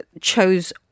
chose